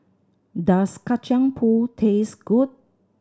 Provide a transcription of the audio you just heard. does Kacang Pool taste good